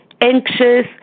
anxious